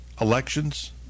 elections